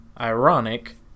Ironic